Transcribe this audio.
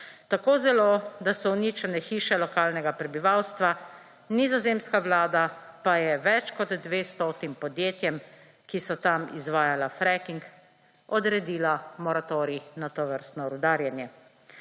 tako zelo, da so uničene hiše lokalnega prebivalstva. Nizozemska vlada pa je več kot dvestotim podjetjem, ki so tam izvajala fracking, odredila moratorij na tovrstno rudarjenje.